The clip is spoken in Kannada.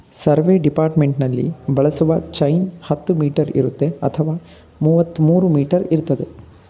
ಸರ್ವೆ ಡಿಪಾರ್ಟ್ಮೆಂಟ್ನಲ್ಲಿ ಬಳಸುವಂತ ಚೈನ್ ಹತ್ತು ಮೀಟರ್ ಇರುತ್ತೆ ಅಥವಾ ಮುವತ್ಮೂರೂ ಮೀಟರ್ ಇರ್ತದೆ